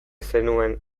zenuen